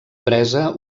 presa